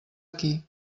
aquí